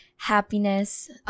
happiness